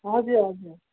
हजुर हजुर